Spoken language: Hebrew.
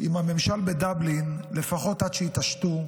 עם הממשל בדבלין, לפחות עד שיתעשתו.